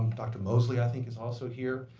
dr. mosely i think is also here.